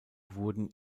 wurden